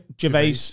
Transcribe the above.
Gervais